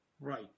right